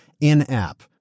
in-app